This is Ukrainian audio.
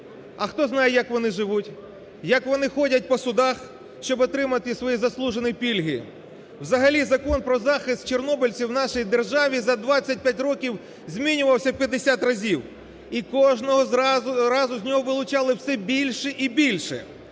а хто знає, як вони живуть, як вони ходять по судах, щоб отримати свої заслужені пільги. Взагалі Закон про захист чорнобильців в нашій державі за 25 років змінювався п'ятдесят разів, і кожного разу з нього вилучали все більше і більше.